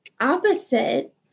opposite